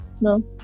no